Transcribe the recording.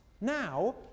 now